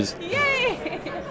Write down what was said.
Yay